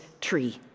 tree